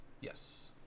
Yes